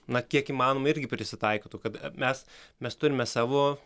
na kiek įmanoma irgi prisitaikytų kad mes mes turime savo